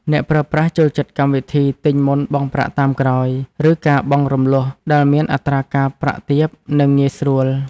អ្នកប្រើប្រាស់ចូលចិត្តកម្មវិធីទិញមុនបង់ប្រាក់តាមក្រោយ ឬការបង់រំលស់ដែលមានអត្រាការប្រាក់ទាប និងងាយស្រួល។